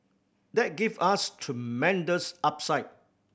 that give us tremendous upside